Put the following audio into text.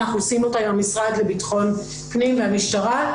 אנחנו עושים אותה עם המשרד לבטחון פנים והמשטרה,